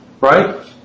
right